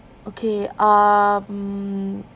okay um